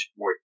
more